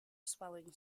swelling